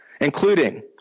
including